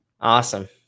Awesome